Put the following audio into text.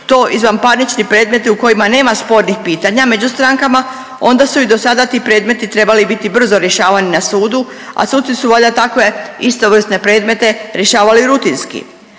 to izvanparnični predmeti u kojima nema spornih pitanja među strankama onda su i dosada ti predmeti trebali biti brzo rješavani na sudu, a suci su valjda takve istovrsne predmete rješavali rutinski,